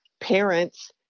parents